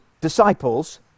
disciples